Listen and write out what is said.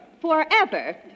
Forever